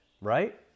right